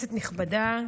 כנסת נכבדה,